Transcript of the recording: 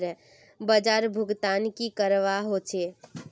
बाजार भुगतान की करवा होचे?